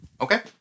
Okay